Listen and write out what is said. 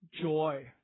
Joy